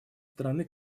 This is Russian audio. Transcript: страны